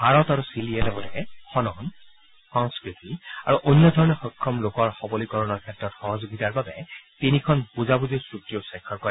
ভাৰত আৰু চিলিয়ে লগতে খনন সংস্কৃতি আৰু অন্য ধৰণে সক্ষম লোকৰ সবলীকৰণৰ ক্ষেত্ৰত সহযোগিতাৰ বাবে তিনিখন বুজাবুজিৰ চুক্তিও স্বাক্ষৰ কৰে